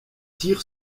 tire